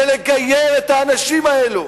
זה לגייר את האנשים האלו